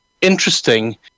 interesting